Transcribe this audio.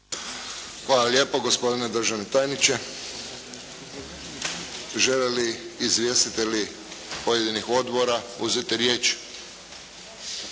Hvala lijepo gospodine državni tajniče. Žele li izvjestitelji pojedinih odbora uzeti riječ?